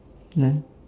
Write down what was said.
then